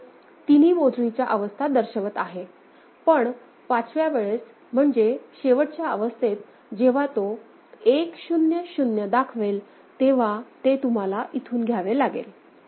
हे तिन्ही मोजणीच्या अवस्था दर्शवत आहेत पण पाचव्या वेळेस म्हणजे शेवटच्या अवस्थेत जेव्हा तो 1 0 0 दाखवेल तेव्हा ते तुम्हाला इथून घ्यावे लागेल